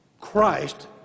Christ